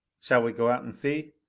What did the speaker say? shall we go out and see?